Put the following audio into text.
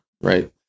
right